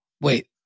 wait